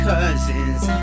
Cousins